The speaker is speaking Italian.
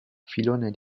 filone